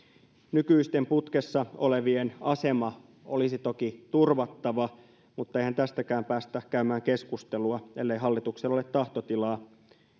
nykyisten putkessa olevien asema olisi toki turvattava mutta eihän tästäkään päästä käymään keskustelua ellei hallituksella ole tahtotilaa